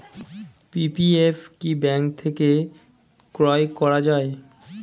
PPF কি bank থেকে ক্রয় করা যায়?